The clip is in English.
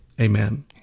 amen